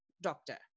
doctor